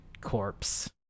corpse